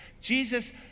Jesus